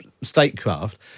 statecraft